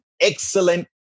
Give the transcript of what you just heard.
excellent